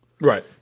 right